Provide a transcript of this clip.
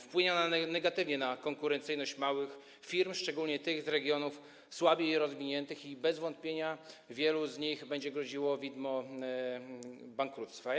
Wpłynie ona negatywnie na konkurencyjność małych firm, szczególnie tych z regionów słabiej rozwiniętych, i bez wątpienia wielu będzie groziło bankructwo.